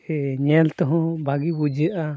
ᱥᱮ ᱧᱮᱞ ᱛᱮᱦᱚᱸ ᱵᱷᱟᱹᱜᱤ ᱵᱩᱡᱷᱟᱹᱜᱼᱟ